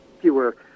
fewer